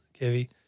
Kevy